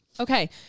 Okay